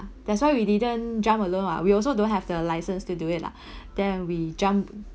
that's why we didn't jump alone ah we also don't have the license to do it lah then we jumped